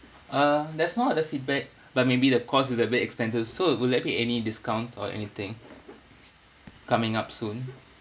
uh there's no other feedback but maybe the cost is a bit expensive so will there be any discounts or anything coming up soon